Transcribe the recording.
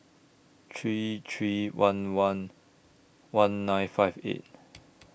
three three one one one nine five eight